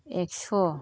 एक्स'